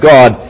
God